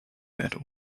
metal